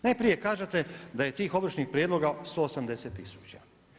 Najprije kažete da je tih ovršnih prijedloga 180 tisuća.